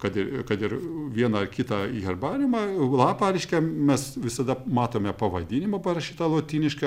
o kad ir kad ir vieną kitą herbariumą lapą reiškia mes visada matome pavadinimą parašytą lotynišką